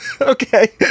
Okay